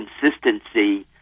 consistency